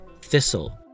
thistle